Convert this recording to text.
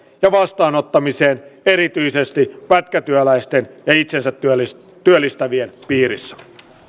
ja vastaanottamiseen erityisesti pätkätyöläisten ja itsensä työllistävien piirissä